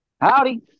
Howdy